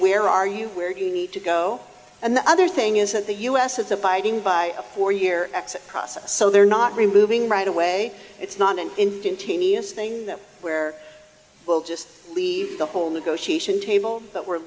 where are you where you need to go and the other thing is that the u s is abiding by a four year exit process so they're not removing right away it's not an indian teeniest thing where we'll just leave the whole negotiation table but we're